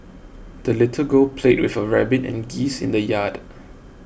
the little girl played with her rabbit and geese in the yard